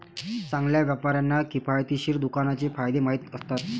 चांगल्या व्यापाऱ्यांना किफायतशीर दुकानाचे फायदे माहीत असतात